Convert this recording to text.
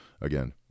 again